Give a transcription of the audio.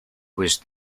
was